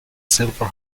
silver